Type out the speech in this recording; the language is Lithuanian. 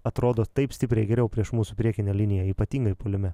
atrodo taip stipriai geriau prieš mūsų priekinę liniją ypatingai puolime